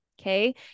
Okay